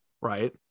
right